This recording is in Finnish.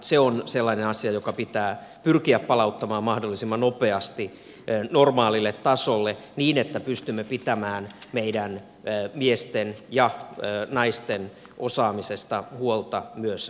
se on sellainen asia joka pitää pyrkiä palauttamaan mahdollisimman nopeasti normaalille tasolle niin että pystymme pitämään meidän miesten ja naisten osaamisesta huolta myös reservissä